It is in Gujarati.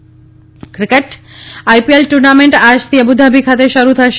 આઇપીએલ આઈપીએલ ટ્રર્નામેન્ટ આજથી અબુધાબી ખાતે શરૂ થશે